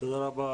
תודה רבה,